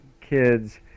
kids